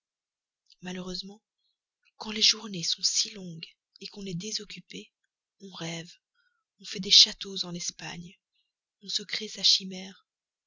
malheureusement quand les journées sont si longues qu'on est désoccupé on rêve on fait des châteaux en espagne on se crée sa chimère